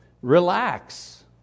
Relax